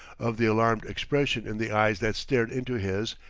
of the alarmed expression in the eyes that stared into his,